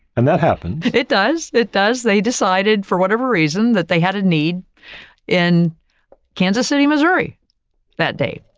and that happens. it does. it does. they decided, for whatever reason, that they had a need in kansas city, missouri that day.